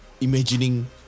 imagining